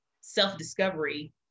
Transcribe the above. self-discovery